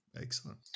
excellent